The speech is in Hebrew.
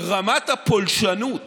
רמת הפולשנות